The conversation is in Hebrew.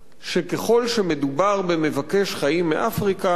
שככל שמדובר במבקש חיים מאפריקה,